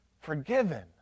forgiven